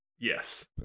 Yes